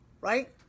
Right